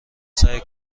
سعی